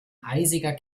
eisiger